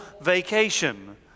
vacation